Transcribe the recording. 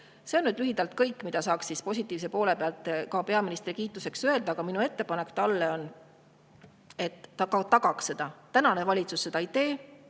See on lühidalt kõik, mida saaks positiivse poole pealt peaministri kiituseks öelda, ja minu ettepanek talle on, et ta ka tagaks seda. Tänane valitsus seda ei tee.